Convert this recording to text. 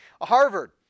Harvard